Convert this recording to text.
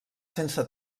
sense